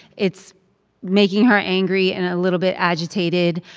it's making her angry and a little bit agitated.